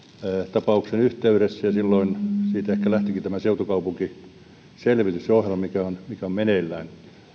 tapauksen yhteydessä ja siitä ehkä lähtikin tämä seutukaupunkiselvitys se ohjelma mikä on meneillään